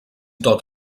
tot